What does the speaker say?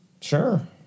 Sure